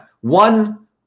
One